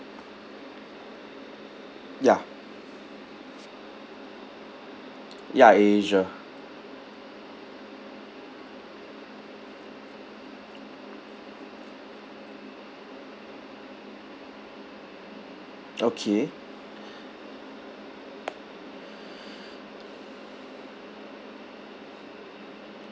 ya ya a~ asia okay